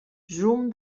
zoom